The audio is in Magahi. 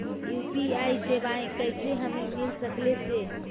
यु.पी.आई सेवाएं कैसे हमें मिल सकले से?